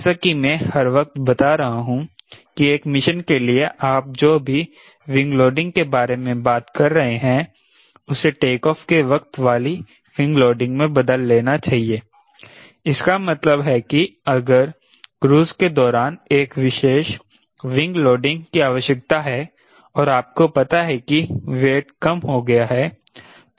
जैसा कि मैं हर वक़्त बता रहा हूं कि एक मिशन के लिए आप जो भी विंग लोडिंग के बारे में बात कर रहे हैं उसे टेकऑफ़ के वक़्त वाली विंग लोडिंग में बदल देना चाहिए इसका मतलब है कि अगर क्रूज़ के दौरान एक विशेष विंग लोडिंग की आवश्यकता है और आपको पता है कि वेट कम हो गया है